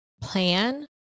plan